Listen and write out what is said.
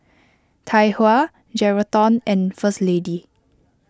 Tai Hua Geraldton and First Lady